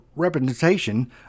representation